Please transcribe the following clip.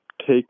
take